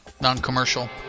Non-Commercial